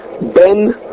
Ben